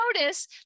notice